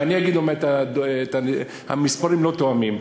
אני אגיד, המספרים לא תואמים.